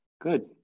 Good